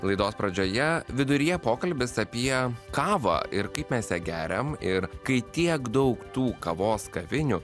laidos pradžioje viduryje pokalbis apie kavą ir kaip mes ją geriam ir kai tiek daug tų kavos kavinių